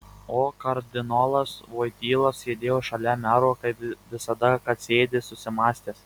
o kardinolas voityla sėdėjo šalia mero kaip visada kad sėdi susimąstęs